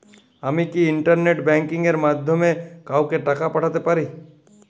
আমি কি internet banking এর মাধ্যমে কাওকে টাকা পাঠাতে পারি?